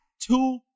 two